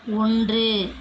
ஒன்று